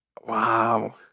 Wow